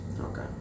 Okay